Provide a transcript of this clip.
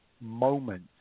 moment